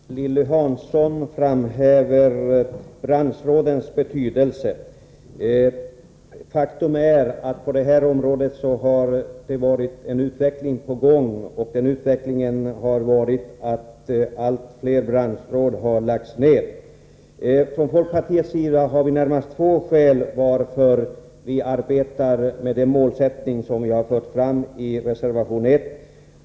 Fru talman! Lilly Hansson framhäver branschrådens betydelse. Faktum är att utvecklingen på detta område har gått mot att allt fler branschråd läggs ned. Vi i folkpartiet har närmast två skäl till att vi arbetar med den målsättning som vi har fört fram i reservation 1.